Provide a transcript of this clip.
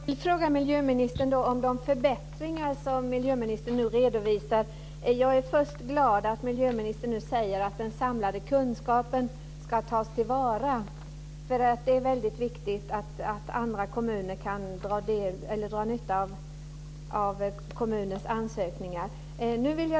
Fru talman! Jag vill fråga miljöministern om de förbättringar som miljöministern nu redovisar. Jag är glad att miljöministern säger att den samlade kunskapen ska tas till vara. Det är väldigt viktigt att andra kommuner kan dra nytta av kommuners ansökningar.